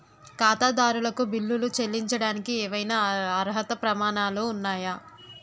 ఖాతాదారులకు బిల్లులు చెల్లించడానికి ఏవైనా అర్హత ప్రమాణాలు ఉన్నాయా?